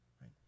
right